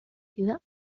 ciudad